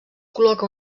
col·loca